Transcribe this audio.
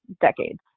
decades